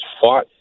fought